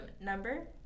Number